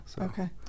okay